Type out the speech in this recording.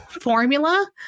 formula